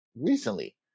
recently